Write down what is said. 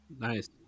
Nice